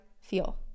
feel